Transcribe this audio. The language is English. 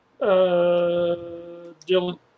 Dylan